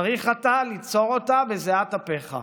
צריך אתה ליצור אותה בזיעת אפיך".